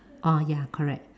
oh ya correct